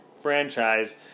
franchise